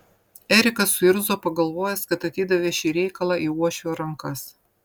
erikas suirzo pagalvojęs kad atidavė šį reikalą į uošvio rankas